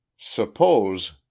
suppose